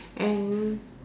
and